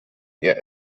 ihr